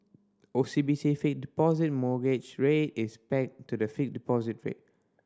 O C B C Fixed Deposit Mortgage Rate is pegged to the fixed deposit rate